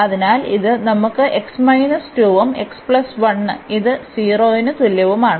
അതിനാൽ ഇത് നമുക്ക് ഉം ഇത് 0 ന് തുല്യവുമാണ്